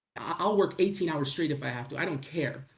i'll work eighteen hours straight if i have to, i don't care.